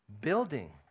Building